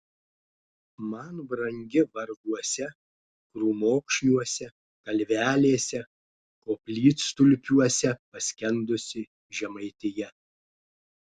man brangi varguose krūmokšniuose kalvelėse koplytstulpiuose paskendusi žemaitija